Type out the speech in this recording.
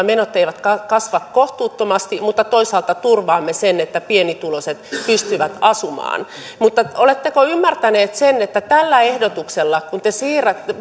menot eivät kasva kohtuuttomasti mutta toisaalta turvaamme sen että pienituloiset pystyvät asumaan mutta oletteko ymmärtäneet sen että tämä ehdotus kun te